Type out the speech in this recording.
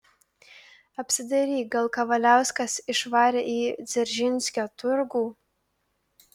apsidairyk gal kavaliauskas išvarė į dzeržinskio turgų